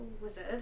wizard